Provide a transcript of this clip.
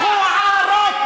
מכוערות,